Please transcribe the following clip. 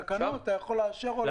בתקנות אתה לאשר.